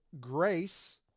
grace